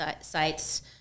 sites